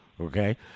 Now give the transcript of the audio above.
Okay